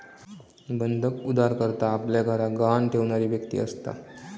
बंधक उधारकर्ता आपल्या घराक गहाण ठेवणारी व्यक्ती असता